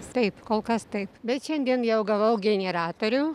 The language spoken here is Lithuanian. taip kol kas taip bet šiandien jau gavau generatorių